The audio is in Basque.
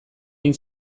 egin